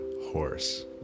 horse